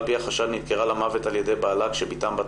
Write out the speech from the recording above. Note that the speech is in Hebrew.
על פי החשד נדקרה למוות על ידי בעלה כשבתם בת